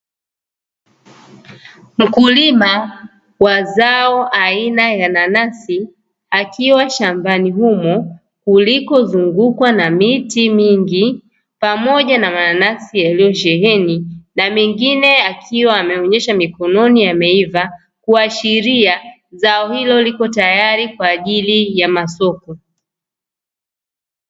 Mkulima wa zao aina ya nanasi akiwa shambani humo kulikozungukwa na miti mingi pamoja na mananasi yaliyosheheni na mengine akiwa ameonesha mikononi yameiva kuashiria zao hilo liko tayari kwa ajili ya masoko.